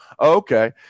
Okay